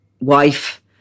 wife